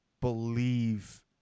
believe